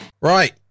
right